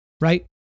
right